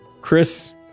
Chris